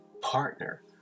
partner